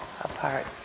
apart